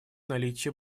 наличие